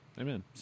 Amen